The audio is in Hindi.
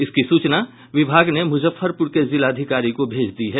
इसकी सूचना विभाग ने मुजफ्फरपुर के जिलाधिकारी को भेज दी है